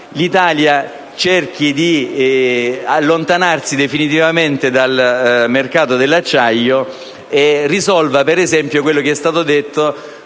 l'Italia si allontani definitivamente dal mercato dell'acciaio e risolva, per esempio (è stato detto